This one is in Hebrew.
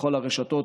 בכל הרשתות.